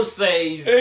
says